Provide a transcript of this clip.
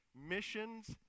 missions